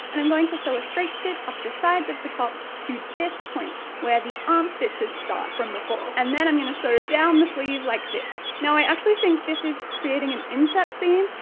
and i'm going to sew a straight stitch up the sides of the top to this point, where the arm stitches start from before, and then i'm going to sew down the sleeve like this. now, i actually think this is creating an inset seam?